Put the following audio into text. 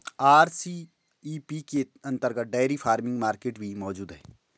RCEP के अंतर्गत dairy farming market भी मौजूद है